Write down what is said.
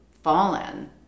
fallen